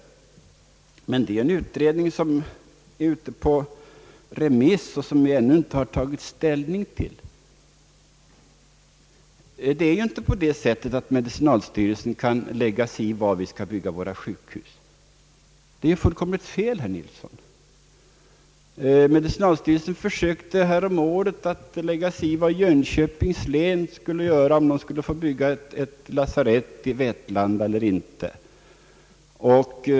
Emellertid är denna utredning ute på remiss, och vi har ännu inte tagit ställning till den. Att medicinalstyrelsen kan lägga sig i var landstingen skall bygga sina sjukhus är fullkomligt fel, herr Nilsson. Medicinalstyrelsen försökte härom året lägga sig i frågan om Jönköpings läns landsting skulle få bygga ett lasarett i Vetlanda eller inte.